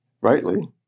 rightly